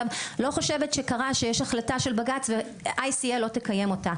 לא חושבת שקרה שיש החלטה של בג"ץ ו-ICL לא תקיים אותה.